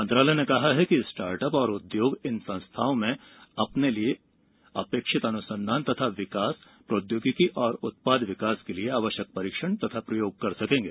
मंत्रालय ने कहा है कि स्टार्टअप और उद्योग इन संस्थाओं में अपने लिए अपेक्षित अनुसंधान तथा विकास प्रौद्योगिकी और उत्पाद विकास के लिए आवश्यक परीक्षण तथा प्रयोग कर सकेंगे